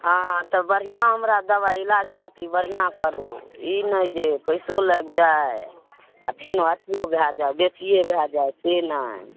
अहाँ तऽ बढ़िआँ हमरा दबाइ इलाज पाती बढ़िआँ करू ई नहि जे पैसो लागि जाइ आओर फेनो अथियो भए जाइ बेसिये भए जाइ से नहि